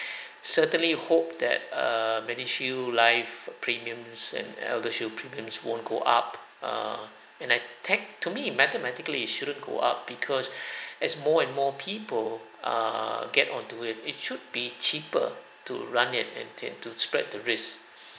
certainly hope that err MediShield Life premiums and ElderShield premiums won't go up err and I tak~ to me mathematically it shouldn't go up because as more and more people err get on to it it should be cheaper to run it and tend to spread the risk